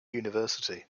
university